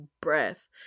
breath